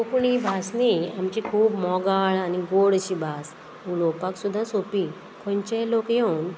कोंकणी भास न्ही आमची खूब मोगाळ आनी गोड अशी भास उलोवपाक सुद्दां सोंपी खंयचेय लोक येवन